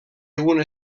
una